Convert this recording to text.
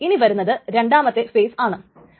അടുത്ത ക്ഷണത്തിൽ രണ്ടെണ്ണം തരും